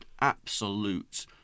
absolute